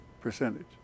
percentage